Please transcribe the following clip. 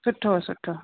सुठो सुठो